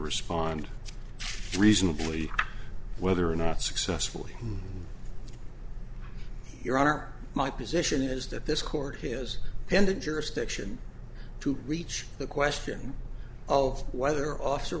respond reasonably whether or not successfully your honor my position is that this court has handed jurisdiction to reach the question of whether officer